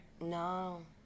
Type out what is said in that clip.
No